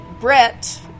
Brett